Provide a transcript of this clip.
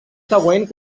següent